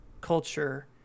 culture